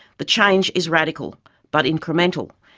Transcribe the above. the change is radical but incremental,